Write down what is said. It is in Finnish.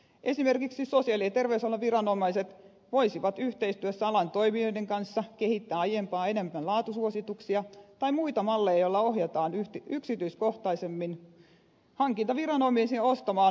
esimerkiksi sosiaali ja terveysalan viranomaiset voisivat yhteistyössä alan toimijoiden kanssa kehittää aiempaa enemmän laatusuosituksia tai muita malleja joilla ohjataan yksityiskohtaisemmin hankintaviranomaisia ostamaan laadukkaampia palveluja